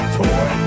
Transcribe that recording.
toy